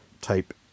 type